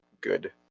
good